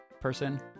person